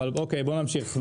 נמשיך.